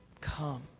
come